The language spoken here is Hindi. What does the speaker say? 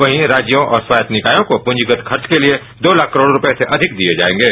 वहीं राज्यों और स्वायत निकायों पंजीकृत खर्च के लिए दो करोड़ रुपये से अधिक दिए जाएंगे